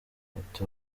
ati